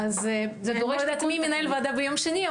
אז אני לא יודעת מי מנהל את הוועדה ביום שני,